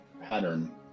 pattern